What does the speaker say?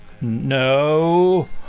no